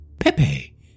Pepe